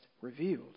revealed